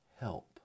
Help